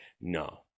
no